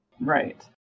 Right